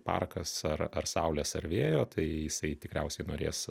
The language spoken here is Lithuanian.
parkas ar ar saulės ar vėjo tai jisai tikriausiai norės